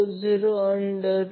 43 120 म्हणजे 19